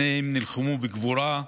שניהם נלחמו בגבורה,